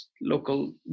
local